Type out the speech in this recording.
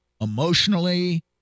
emotionally